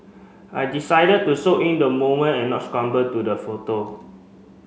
I decided to soak in the moment and not scramble to the photo